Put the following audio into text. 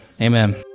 Amen